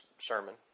sermon